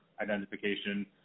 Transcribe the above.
identification